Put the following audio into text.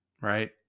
right